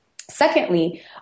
Secondly